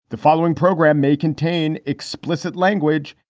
the following program may contain explicit language